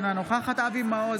אינה נוכחת אבי מעוז,